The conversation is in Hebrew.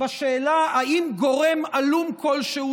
בשאלה אם גורם עלום כלשהו,